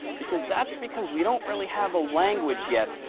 because that's because we don't really have a language yet,